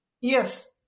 Yes